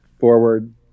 forward